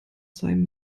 seinem